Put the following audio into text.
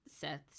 Seth